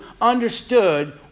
understood